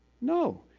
No